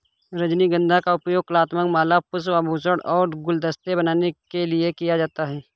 रजनीगंधा का उपयोग कलात्मक माला, पुष्प, आभूषण और गुलदस्ते बनाने के लिए किया जाता है